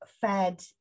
fed